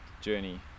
journey